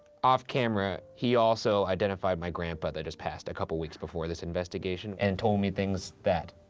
off-camera, he also identified my grandpa that just passed a couple weeks before this investigation, and told me things that